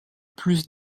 plus